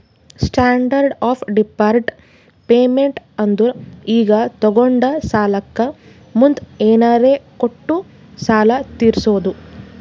standard of deferred payment ಅಂದುರ್ ಈಗ ತೊಗೊಂಡ ಸಾಲಕ್ಕ ಮುಂದ್ ಏನರೇ ಕೊಟ್ಟು ಸಾಲ ತೀರ್ಸೋದು